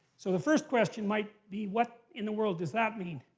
so, the first question might be, what in the world does that mean?